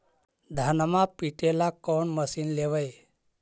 धनमा पिटेला कौन मशीन लैबै?